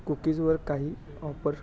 कुकीजवर काही ऑफर